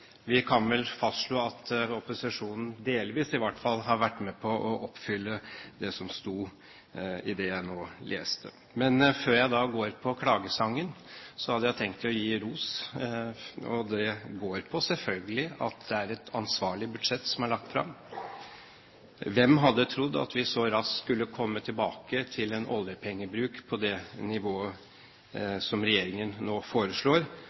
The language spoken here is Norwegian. vi kan vel fastslå at opposisjonen – delvis i hvert fall – har vært med på å oppfylle det som jeg nå leste. Men før jeg går til klagesangen, hadde jeg tenkt å gi ros, og det går selvfølgelig på at det er et ansvarlig budsjett som er lagt fram. Hvem hadde trodd at vi så raskt skulle komme tilbake til en oljepengebruk på det nivået som regjeringen nå foreslår,